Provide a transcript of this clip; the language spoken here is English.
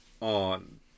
on